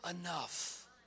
enough